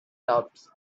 doubts